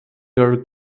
your